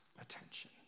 attention